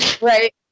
Right